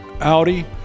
Audi